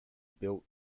built